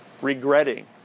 regretting